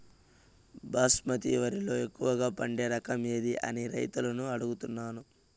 బాస్మతి వరిలో ఎక్కువగా పండే రకం ఏది అని రైతులను అడుగుతాను?